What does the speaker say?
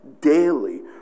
daily